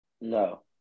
No